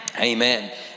Amen